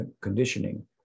conditioning